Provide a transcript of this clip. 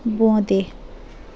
বোঁদে